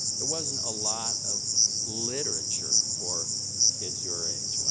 there wasn't a lot of literature for kids your age,